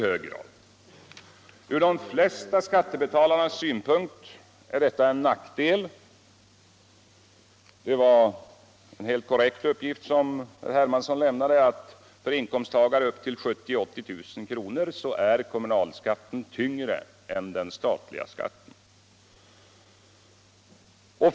Från de flesta skattebetalares synpunkt är detta en nackdel. Den uppgift som herr Hermansson lämnade, att för inkomsttagare med inkomster upp till 70 000-80 000 kr. är kommunalskatten tyngre än den statliga skatten, var helt korrekt.